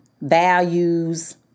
values